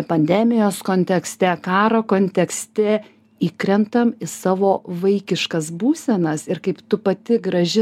pandemijos kontekste karo kontekste įkrentam į savo vaikiškas būsenas ir kaip tu pati graži